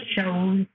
shows